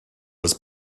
was